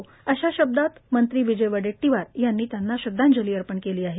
अशा शब्दात मंत्री विजय वडेट्टीवार यांनी श्रद्धांजली अर्पण केली आहे